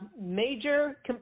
major